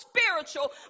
spiritual